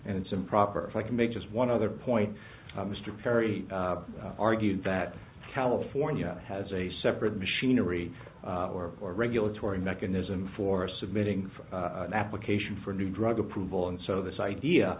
and it's improper like make just one other point mr perry argued that california has a separate machinery or or regulatory mechanism for submitting an application for new drug approval and so this idea